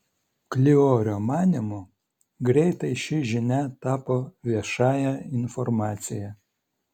kliorio manymu greitai ši žinia tapo viešąja informacija